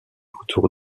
autour